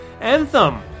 Anthem